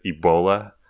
Ebola